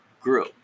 grew